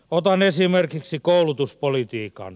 otan esimerkiksi koulutuspolitiikan